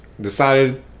decided